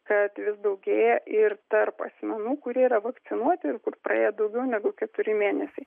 kad vis daugėja ir tarp asmenų kurie yra vakcinuoti ir kur praėję daugiau negu keturi mėnesiai